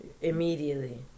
Immediately